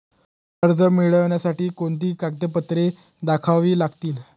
कर्ज मिळण्यासाठी कोणती कागदपत्रे दाखवावी लागतील?